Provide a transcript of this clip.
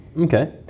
Okay